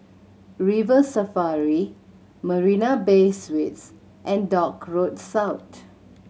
River Safari Marina Bay Suites and Dock Road South